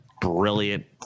brilliant